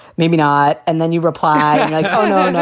maybe not. and then you reply like, oh, no, no,